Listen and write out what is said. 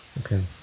Okay